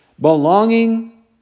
Belonging